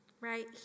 right